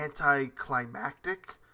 anticlimactic